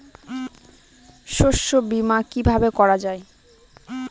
শস্য বীমা কিভাবে করা যায়?